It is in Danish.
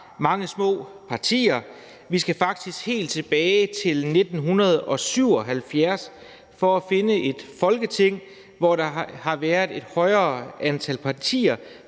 mange små partier. Vi skal faktisk helt tilbage til 1977 for at finde et Folketing, hvor der har været et højere antal partier,